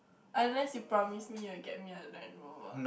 unless you promise me you'll get me a Landrover